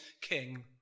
king